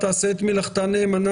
עורכת הדין נירית